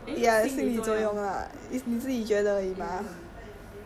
but that [one] is like 我心里在做 eh 心理作用